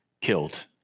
killed